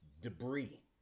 Debris